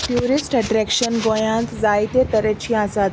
tourist attraction गोंयांत जायते तरेचीं आसात